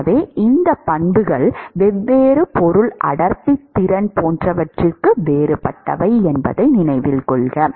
எனவே இந்த பண்புகள் வெவ்வேறு பொருள் அடர்த்தி திறன் போன்றவற்றுக்கு வேறுபட்டவை என்பதை நினைவில் கொள்க